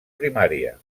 primària